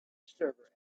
server